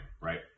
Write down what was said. right